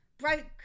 Broke